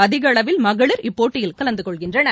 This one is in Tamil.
அதிகளவில் மகளிர் இப்போட்டியில் கலந்துகொள்கின்றனர்